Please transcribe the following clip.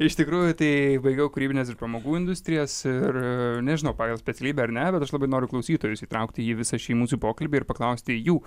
iš tikrųjų tai baigiau kūrybines ir pramogų industrijas ir nežinau pagal specialybę ar ne bet aš labai noriu klausytojus įtraukti jį visą šį mūsų pokalbį ir paklausti jų